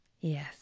Yes